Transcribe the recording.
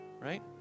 Right